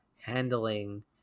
handling